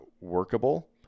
workable